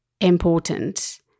important